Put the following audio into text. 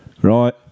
Right